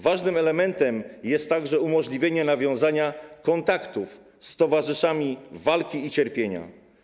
Ważnym elementem jest także umożliwienie nawiązania kontaktów z towarzyszami walki i cierpienia.